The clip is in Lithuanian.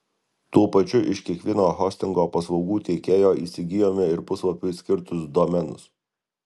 tuo pačiu iš kiekvieno hostingo paslaugų tiekėjo įsigijome ir puslapiui skirtus domenus